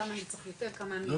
כמה אני צריך לתת --- לא,